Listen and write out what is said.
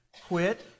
quit